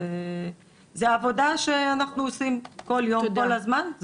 זו העבודה שאנחנו עושים כל יום, כל הזמן.